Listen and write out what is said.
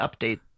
update